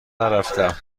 نرفتم